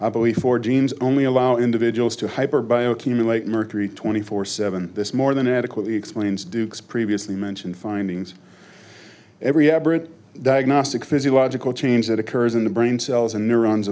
for belief or genes only allow individuals to hyper bio cumulate mercury twenty four seven this more than adequately explains duke's previously mentioned findings every average diagnostic physiological change that occurs in the brain cells and neurons